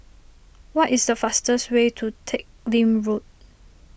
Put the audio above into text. what is the fastest way to Teck Lim Road